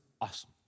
awesome